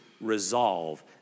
resolve